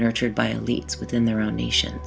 nurtured by elites within their own nation